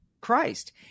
Christ